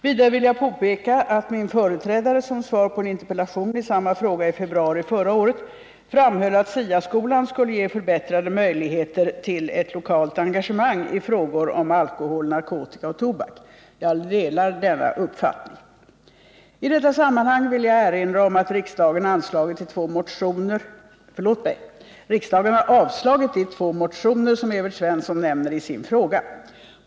Vidare vill jag påpeka att min företrädare som svar på en interpellation i samma fråga i februari förra året framhöll, att SIA-skolan skulle ge 47 förbättrade möjligheter till ett lokalt engagemang i frågor om alkohol, narkotika och tobak. Jag delar denna uppfattning. I detta sammanhang vill jag erinra om att riksdagen avslagit de två motioner som Evert Svensson nämner i sin fråga .